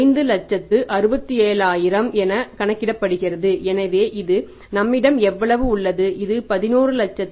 5 லட்சத்து 67 ஆயிரம் என கணக்கிடுகிறது எனவே இது நம்மிடம் எவ்வளவு உள்ளது இது 1129491